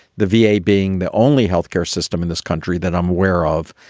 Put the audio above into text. the v a. being the only health care system in this country that i'm aware of,